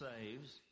saves